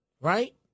right